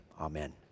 amen